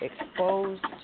exposed